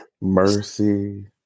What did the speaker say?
mercy